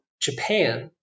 Japan